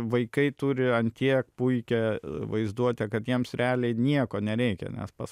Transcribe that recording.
vaikai turi ant tiek puikią vaizduotę kad jiems realiai nieko nereikia nes pas